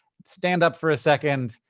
stand up for a second,